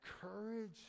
courage